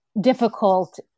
difficult